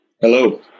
Hello